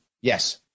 Yes